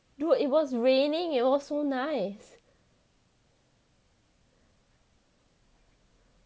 dude you know it was raining it was so nice